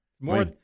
More